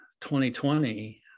2020